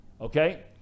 Okay